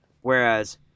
whereas